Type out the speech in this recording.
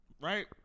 Right